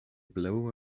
blow